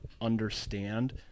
understand